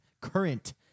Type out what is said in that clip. current